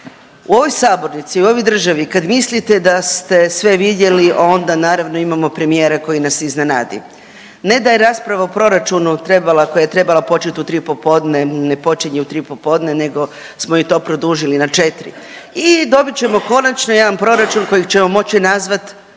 U ovoj sabornici i u ovoj državi kad mislite da ste sve vidjeli onda naravno imamo premijera koji nas iznenadi. Ne da je rasprava o proračunu trebala, koja je trebala početi u 3 popodne ne počinje u 3 popodne nego smo i to produžili na 4 i dobit ćemo konačno jedan proračun kojeg ćemo moći nazvati porno